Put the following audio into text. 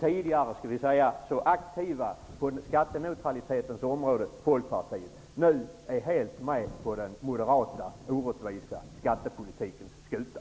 Folkpartiet som tidigare var så aktivt på skatteneutralitetens område är nu helt med på den moderata orättvisa skattepolitikens skuta.